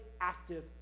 active